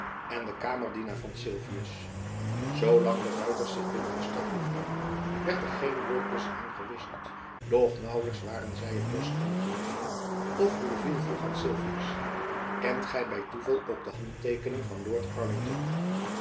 en den kamerdienaar van sylvius zoo lang de ruiters zich binnen de stad bevonden werd er geen woord tusschen hen gewisseld doch naauwlijks waren zy het bosch ingereden of gourville vroeg aan sylvius kent gy by toeval ook de handteekening van lord arlington